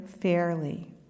fairly